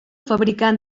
fabricant